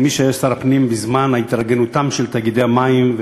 כמי שהיה שר הפנים בזמן התארגנותם של תאגידי המים,